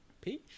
peace